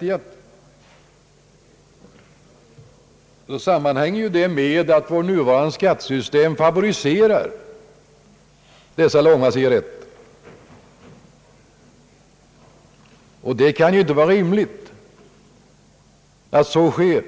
sig bakom sammanhänger med att det nuvarande skattesystemet favoriserar dessa cigarretter. Det kan inte vara rimligt att så sker.